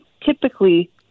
typically